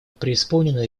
преисполнены